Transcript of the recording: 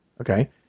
okay